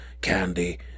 Candy